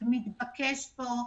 זה מתבקש פה.